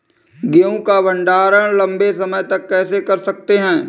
गेहूँ का भण्डारण लंबे समय तक कैसे कर सकते हैं?